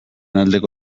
aldeko